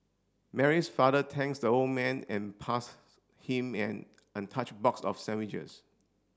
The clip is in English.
Mary's father thanks the old man and passed him an untouched box of sandwiches